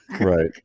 Right